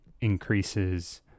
increases